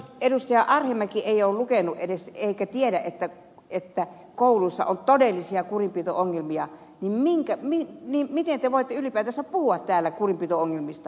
arhinmäki ei ole lukenut edes eikä tiedä että kouluissa on todellisia kurinpito ongelmia niin miten te voitte ylipäätänsä puhua täällä kurinpito ongelmista